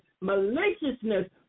maliciousness